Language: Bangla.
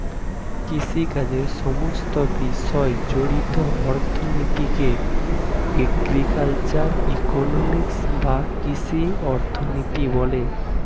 কৃষিকাজের সমস্ত বিষয় জড়িত অর্থনীতিকে এগ্রিকালচারাল ইকোনমিক্স বা কৃষি অর্থনীতি বলে